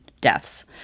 deaths